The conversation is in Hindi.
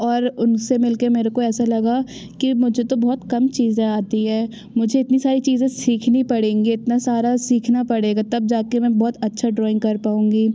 और उनसे मिलके मुझको ऐसा लगा कि मुझे तो बहुत कम चीज़ें आती हैं मुझे इतनी सारी चीज़ें सीखनी पड़ेंगी इतना सारा सीखना पड़ेगा तब जाके मैं बहुत अच्छा ड्रॉइंग कर पाऊँगी